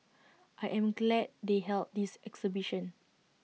I am glad they held this exhibition